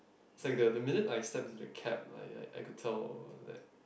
it's like the minute I stepped into the cab I I I could tell that